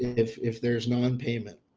if if there's non-payment,